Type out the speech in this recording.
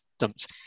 systems